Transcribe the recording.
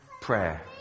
prayer